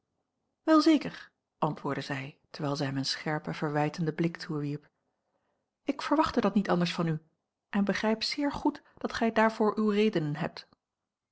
wel zeker antwoordde zij terwijl zij hem een scherpen verwijtenden blik toewierp ik verwachtte dat niet anders van u en begrijp zeer goed dat gij daarvoor uwe redenen hebt